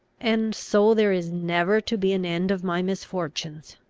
and so there is never to be an end of my misfortunes!